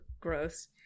Gross